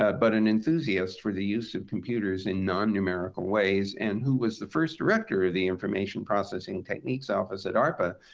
but an enthusiast for the use of computers in non-numerical ways and who was the first director of the information processing techniques office at darpa,